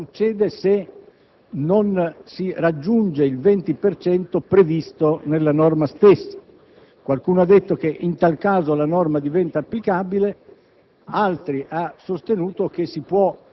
Il primo problema riguarda cosa succede se non si raggiunge il 20 per cento previsto nella norma stessa. Qualcuno ha sostenuto che in tal caso la norma diventa applicabile;